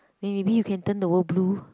maybe you can turn the world blue